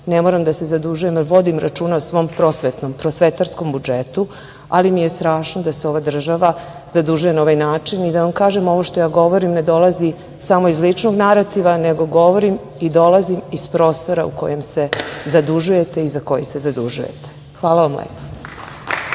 ne moram da se zadužujem jer vodim računa o svom prosvetarskom budžetu, ali mi je strašno da se ova država zadužuje na ovaj način i da vam kažem da ovo što govorim ne dolazi samo iz ličnog narativa nego govorim i dolazim iz prostora u kojem se zadužujete i za koji se zadužujete. Hvala vam lepo.